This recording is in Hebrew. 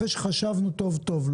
אחרי שחשבנו טוב-טוב,